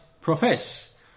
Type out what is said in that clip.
profess